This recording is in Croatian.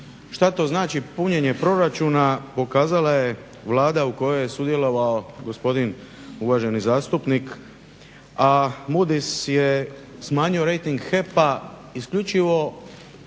Šta to znači punjenje proračuna pokazala je Vlada u kojoj je sudjelovao gospodin uvaženi zastupnik, a "Moody's" je smanjio rejting HEP-a isključivo